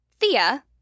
Thea